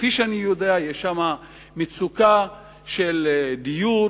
כפי שאני יודע, יש שם מצוקה של דיור,